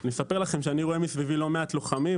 אני אספר לכם שאני רואה מסביבי לא מעט לוחמים,